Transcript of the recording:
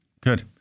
Good